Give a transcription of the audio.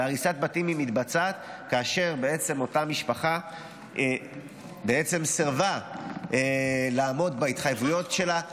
והריסת בתים מתבצעת כאשר אותה משפחה סירבה לעמוד בהתחייבויות שלה.